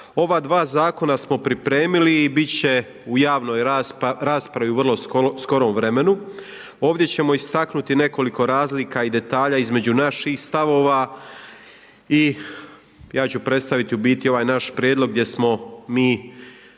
Ova dva zakona smo pripremili i bit će u javnoj raspravi u vrlo skorom vremenu, ovdje ćemo istaknuti nekoliko razlika i detalja između naših stavova i ja ću predstaviti u biti ovaj naš prijedlog gdje smo mi